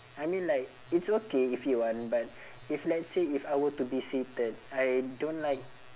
I mean like it's okay if you want but if let's say if I were to be seated I don't like